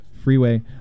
freeway